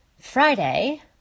Friday